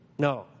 No